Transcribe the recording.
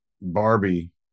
Barbie